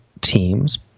teams